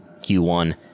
q1